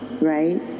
right